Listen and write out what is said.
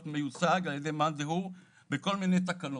מיוצג על ידי מאן דהוא בכל מיני תקנות.